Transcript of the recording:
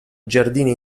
giardini